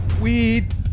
weed